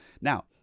Now